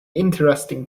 interesting